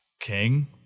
King